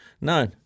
No